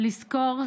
לזכור,